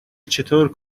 چطور